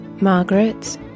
Margaret